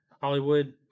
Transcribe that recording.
Hollywood